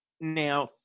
now